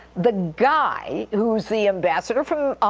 the guy who's the ambassador from,